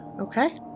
okay